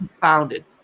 founded